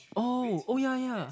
oh oh yeah yeah